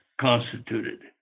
constituted